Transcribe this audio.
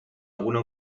alguna